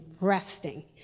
resting